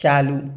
चालू